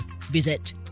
visit